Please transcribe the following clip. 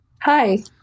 hi